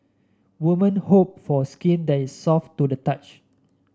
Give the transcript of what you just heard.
women hope for skin that is soft to the touch